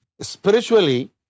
spiritually